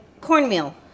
cornmeal